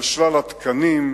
על שלל התקנים,